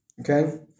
Okay